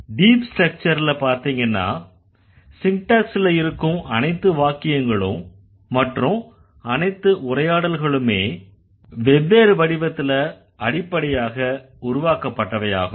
deep ஸ்ட்ரக்சர்ல பார்த்தீங்கன்னா சின்டேக்ஸ்ல இருக்கும் அனைத்து வாக்கியங்களும் மற்றும் அனைத்து உரையாடல்களுமே வெவ்வேறு வடிவத்தில் அடிப்படையாக உருவாக்கப்பட்டவையாகும்